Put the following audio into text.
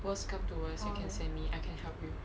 worst come to worst you can send me I can help you